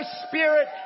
spirit